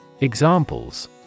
Examples